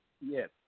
Yes